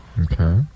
Okay